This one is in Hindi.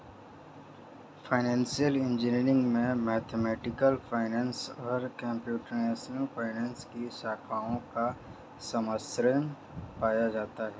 फाइनेंसियल इंजीनियरिंग में मैथमेटिकल फाइनेंस और कंप्यूटेशनल फाइनेंस की शाखाओं का सम्मिश्रण पाया जाता है